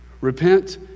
Repent